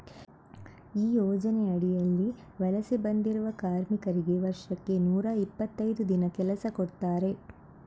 ಈ ಯೋಜನೆ ಅಡಿಯಲ್ಲಿ ವಲಸೆ ಬಂದಿರುವ ಕಾರ್ಮಿಕರಿಗೆ ವರ್ಷಕ್ಕೆ ನೂರಾ ಇಪ್ಪತ್ತೈದು ದಿನ ಕೆಲಸ ಕೊಡ್ತಾರೆ